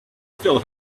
still